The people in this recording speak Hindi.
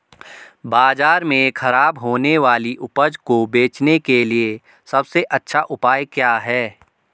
बाजार में खराब होने वाली उपज को बेचने के लिए सबसे अच्छा उपाय क्या हैं?